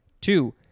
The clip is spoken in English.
Two